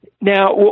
Now